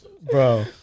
Bro